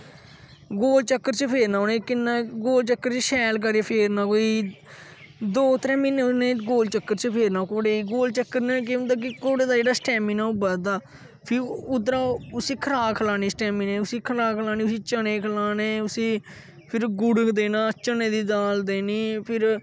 गोल चकर च फेरना उंनेगी किन्ना गौल चक्कर च शैल करियै फेरना कोई दो त्रै म्हीने उंहेगी गोल चक्कर च फेरना घोडे़ गी गोल चक्कर ने केह् होंदा कि घो़डे़ दा जेह्डा स्टैमिना ओह् बधदा फ्ही उद्धरा ओह् उसी खराक खलानी स्टैमिना च खराक खलानी उसी चने खलाने उसी फिर गुड़ देना चने दी दाल देनी फिर